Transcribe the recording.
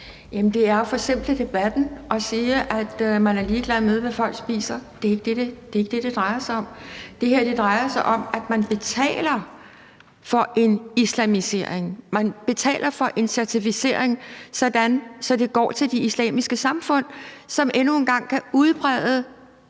det er at forsimple debatten at sige, at man er ligeglad med, hvad folk spiser. Det er ikke det, det drejer sig om. Det her drejer sig om, at man betaler for en islamisering; man betaler for en certificering, sådan at det går til de islamiske samfund, som endnu en gang kan udbrede